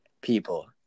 people